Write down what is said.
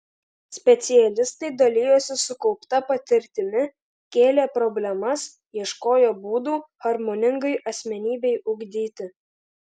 specialistai dalijosi sukaupta patirtimi kėlė problemas ieškojo būdų harmoningai asmenybei ugdyti